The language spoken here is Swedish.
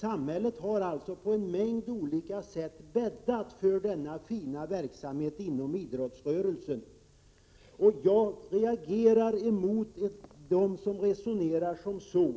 Samhället har således på en mängd olika sätt bäddat för denna fina verksamhet inom idrottsrörelsen. Jag reagerar emot dem som resonerar så